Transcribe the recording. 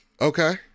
Okay